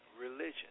religion